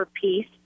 peace